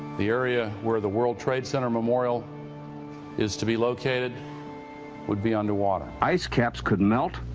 the area where the world trade center memorial is to be located would be underwater. ice caps good melt,